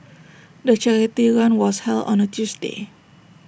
the charity run was held on A Tuesday